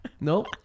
Nope